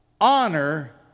honor